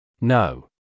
No